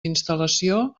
instal·lació